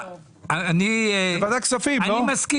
אני מסכים